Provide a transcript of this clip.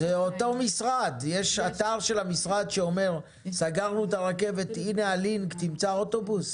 יש אתר של המשרד שאומר שהרכבת סגורה ונותן לינק לאוטובוס